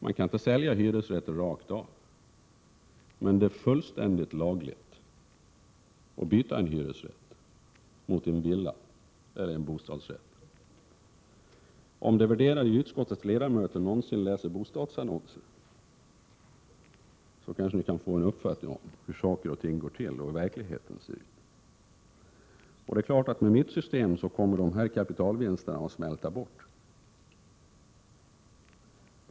Man kan inte sälja hyresrätter rakt av, men det är fullständigt lagligt att byta en hyresrätt mot en villa eller en bostadsrätt. Om det värderade utskottets ledamöter någonsin läser bostadsannonserna, så kanske de kan få en uppfattning om hur det går till och hur verkligheten ser ut. Med mitt system kommer de här kapitalvinsterna att smälta bort.